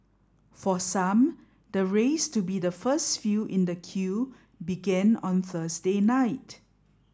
for some the race to be the first few in the queue began on Thursday night